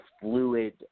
fluid